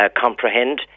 comprehend